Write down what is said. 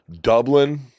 Dublin